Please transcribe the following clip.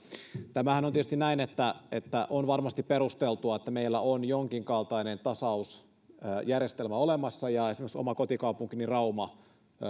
tämähän on tietysti näin että että on varmasti perusteltua että meillä on jonkinkaltainen tasausjärjestelmä olemassa esimerkiksi myös oma kotikaupunkini rauma